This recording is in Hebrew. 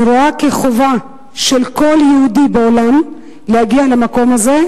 אני רואה כחובה של כל יהודי בעולם להגיע למקום הזה,